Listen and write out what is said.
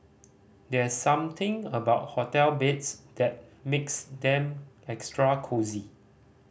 there's something about hotel beds that makes them extra cosy